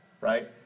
right